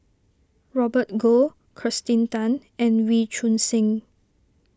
Robert Goh Kirsten Tan and Wee Choon Seng